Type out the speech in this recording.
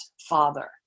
father